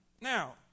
Now